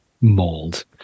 mold